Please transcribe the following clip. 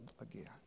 again